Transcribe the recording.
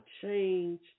change